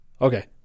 okay